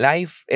Life